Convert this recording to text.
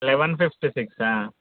eleven fifty six